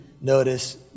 notice